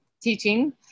teaching